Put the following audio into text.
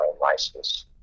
license